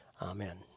Amen